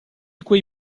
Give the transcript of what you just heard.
quei